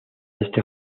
este